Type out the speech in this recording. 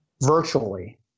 virtually